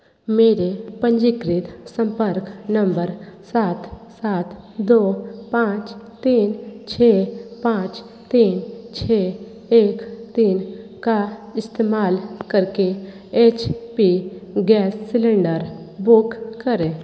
मेरे पंजीकृत संपर्क नंबर सात सात दो पाँच तीन छः पाँच तीन छः एक तीन का इस्तेमाल कर के H P gas cylinder book करें